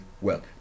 wealth